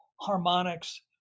harmonics